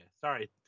sorry